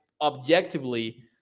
objectively